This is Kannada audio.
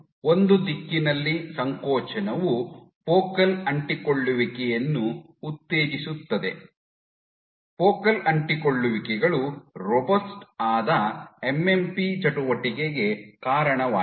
ಒಂದು ದಿಕ್ಕಿನಲ್ಲಿ ಸಂಕೋಚನವು ಫೋಕಲ್ ಅಂಟಿಕೊಳ್ಳುವಿಕೆಯನ್ನು ಉತ್ತೇಜಿಸುತ್ತದೆ ಫೋಕಲ್ ಅಂಟಿಕೊಳ್ಳುವಿಕೆಗಳು ರೋಬಸ್ಟ್ ಆದ ಎಂಎಂಪಿ ಚಟುವಟಿಕೆಗೆ ಕಾರಣವಾಗಿದೆ